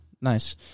Nice